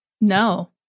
No